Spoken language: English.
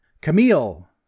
Camille